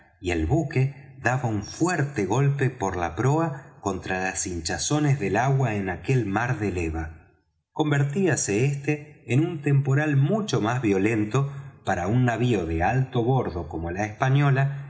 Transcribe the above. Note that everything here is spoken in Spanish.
y el buque daba un fuerte golpe por la proa contra las hinchazones del agua en aquel mar de leva convertíase éste en un temporal mucho más violento para un navío de alto bordo como la española